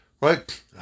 right